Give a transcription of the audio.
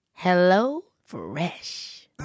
HelloFresh